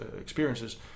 experiences